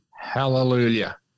Hallelujah